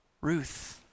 Ruth